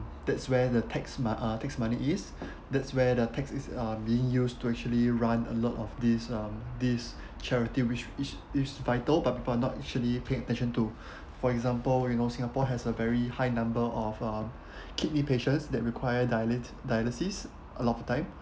that's where the tax mon~ uh tax money is that's where the tax is uh being used to actually run a lot of this um this charity which is is vital part but not actually pay attention to for example you know singapore has a very high number of uh kidney patients that require daily~ dialysis a lot of time